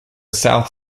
south